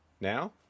Now